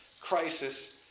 Crisis